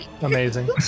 Amazing